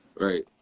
right